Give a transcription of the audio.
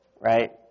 right